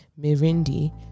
mirindi